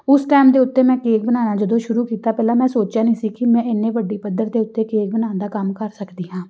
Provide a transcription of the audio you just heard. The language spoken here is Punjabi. ਉਸ ਟਾਈਮ ਦੇ ਉੱਤੇ ਮੈਂ ਕੇਕ ਬਣਾਉਣਾ ਜਦੋਂ ਸ਼ੁਰੂ ਕੀਤਾ ਪਹਿਲਾਂ ਮੈਂ ਸੋਚਿਆ ਨਹੀਂ ਸੀ ਕਿ ਮੈਂ ਇੰਨੇ ਵੱਡੇ ਪੱਧਰ ਦੇ ਉੱਤੇ ਕੇਕ ਬਣਾਉਣ ਦਾ ਕੰਮ ਕਰ ਸਕਦੀ ਹਾਂ